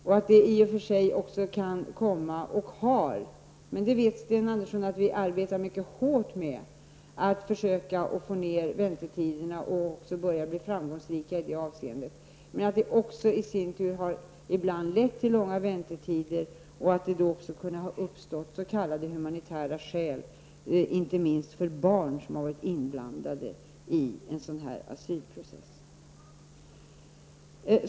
Detta kan i och för sig komma att leda till långa väntetider, och det har ibland också gjort det. Men Sten Andersson vet att vi arbetar mycket hårt med att försöka förkorta väntetiderna och att vi också börjar bli framgångsrika i det avseendet. På grund av de långa väntetiderna kan det ibland bli fråga om s.k. humanitära skäl, inte minst när det gäller barn som har varit inblandade i en asylprocess.